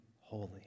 holy